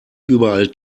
überall